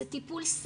זה טיפול סמכותי,